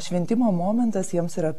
šventimo momentas jiems yra